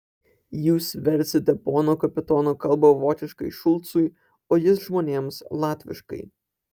jūs versite pono kapitono kalbą vokiškai šulcui o jis žmonėms latviškai